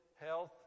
health